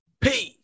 Peace